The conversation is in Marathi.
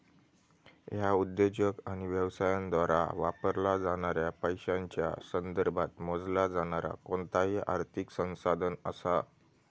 ह्या उद्योजक आणि व्यवसायांद्वारा वापरला जाणाऱ्या पैशांच्या संदर्भात मोजला जाणारा कोणताही आर्थिक संसाधन असा